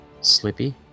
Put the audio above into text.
Slippy